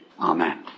Amen